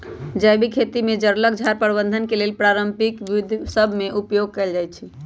जैविक खेती में जङगल झार प्रबंधन के लेल पारंपरिक विद्ध सभ में उपयोग कएल जाइ छइ